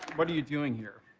what are you doing here?